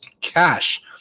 cash